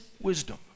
wisdom